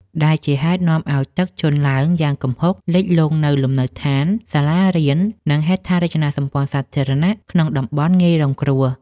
ដែលជាហេតុនាំឱ្យទឹកជន់ឡើងយ៉ាងគំហុក លិចលង់លំនៅដ្ឋាន សាលារៀន និងហេដ្ឋារចនាសម្ព័ន្ធសាធារណៈក្នុងតំបន់ងាយរងគ្រោះ។